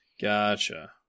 Gotcha